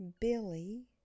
Billy